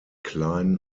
klein